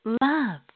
Love